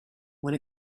when